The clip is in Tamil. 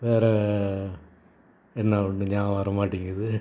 வேற என்ன ஒன்றும் ஞாபகம் வர மாட்டேங்குது